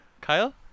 Kyle